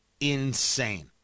insane